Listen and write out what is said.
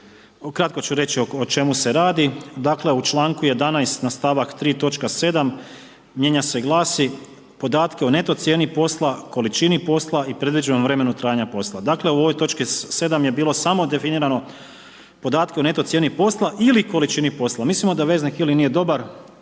Ukratko ću reći o čemu se radi. Dakle, u članku 11. na stavak 3. točka 7. mijenja se i glasi: „Podatke o neto cijeni posla, količini posla i predviđenom vremenu trajanja posla“. Dakle, u ovoj točki 7. je bilo samo definirano podatke o netko cijeni posla ili količini posla. Mislimo da veznik ili nije dobar.